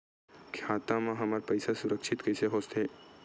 खाता मा हमर पईसा सुरक्षित कइसे हो थे?